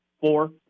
four